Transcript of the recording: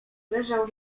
leżał